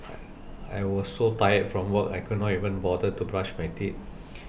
I was so tired from work I could not even bother to brush my teeth